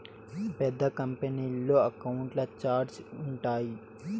పెద్ద కంపెనీల్లో అకౌంట్ల ఛార్ట్స్ ఉంటాయి